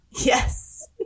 Yes